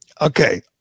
Okay